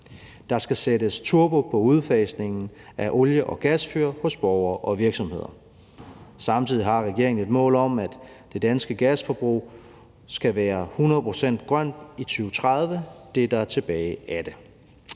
Der skal sættes turbo på udfasningen af olie- og gasfyr hos borgere og virksomheder. Samtidig har regeringen et mål om, at det danske gasforbrug skal være 100 pct. grønt i 2030 – det, der er tilbage af det.